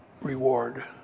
reward